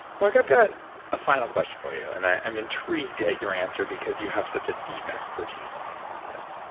mark, i've got a final question for you, and i am intrigued at your answer because you have such a deep expertise in things like this.